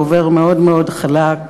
והוא עובר מאוד מאוד חלק,